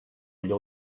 allò